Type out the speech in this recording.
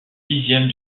sixième